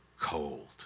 cold